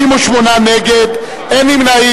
58 נגד, אין נמנעים.